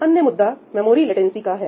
अन्य मुद्दा memory latency का है